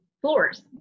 floors